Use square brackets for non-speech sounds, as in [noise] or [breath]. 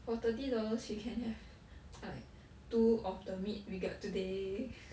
for thirty dollars you can have [breath] [noise] like two of the meat we got today [noise]